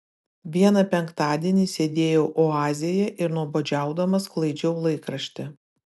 vieną penktadienį sėdėjau oazėje ir nuobodžiaudama sklaidžiau laikraštį